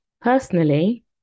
Personally